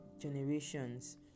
generations